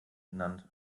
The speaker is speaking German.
genannt